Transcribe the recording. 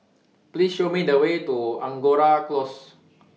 Please Show Me The Way to Angora Close